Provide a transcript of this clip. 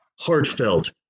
heartfelt